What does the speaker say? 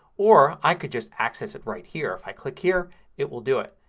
or i could just access it right here. if i click here it will do it.